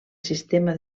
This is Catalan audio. sistema